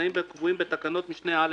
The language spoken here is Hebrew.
לא היה במועד כלשהו קודם לשנת התכנון אחד מאלה: